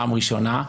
הפעם הראשונה,